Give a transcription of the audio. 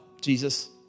Jesus